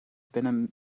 been